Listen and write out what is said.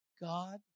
God